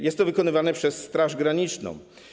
Jest to wykonywane przez Straż Graniczną.